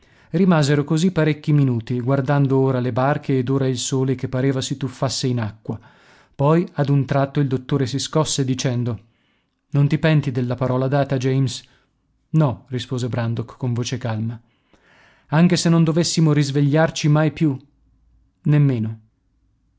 rimasero così parecchi minuti guardando ora le barche ed ora il sole che pareva si tuffasse in acqua poi ad un tratto il dottore si scosse dicendo non ti penti della parola data james no rispose brandok con voce calma anche se non dovessimo risvegliarci mai più nemmeno